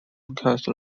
cause